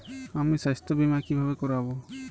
আমি স্বাস্থ্য বিমা কিভাবে করাব?